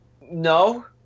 No